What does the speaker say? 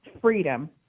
freedom